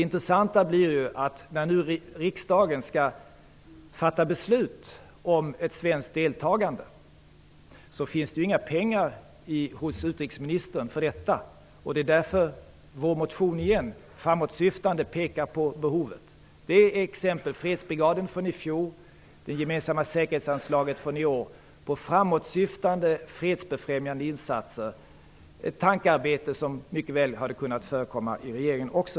När nu riksdagen skall fatta beslut om ett svenskt deltagande finns det inte några pengar hos utrikesministern till detta; det är intressant. Därför är vår motion framåtsyftande och pekar på behovet. Förslaget från i fjol om fredsbrigaden och förslaget från i år om det gemensamma säkerhetsanslaget är exempel på framåtsyftande fredsbefrämjande insatser. Det är ett tankearbete som mycket väl hade kunnat förekomma också i regeringen.